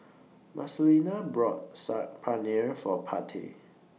Marcelina bought Saag Paneer For Party